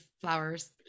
Flowers